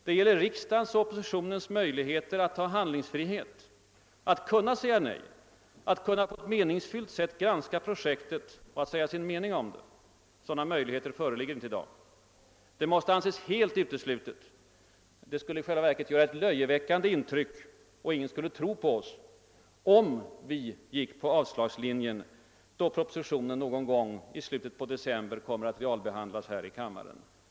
Den gäller riksdagens och oppositionens handlingsfrihet att på ett meningsfyllt sätt granska projektet och att säga sin mening om det. Sådana möjligheter föreligger inte i dag. Det måste anses helt uteslutet — det skulle i själva verket göra ett löjeväckande intryck och ingen skulle tro på oss — att vi skulle gå på avslagslinjen, då propositionen någon gång i slutet av december kommer att realbehandlas här i kammaren.